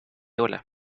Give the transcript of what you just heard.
ola